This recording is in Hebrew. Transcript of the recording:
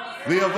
לא נשכח ולא נסלח,